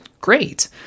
great